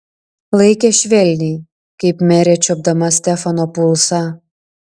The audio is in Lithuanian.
laikė švelniai kaip merė čiuopdama stefano pulsą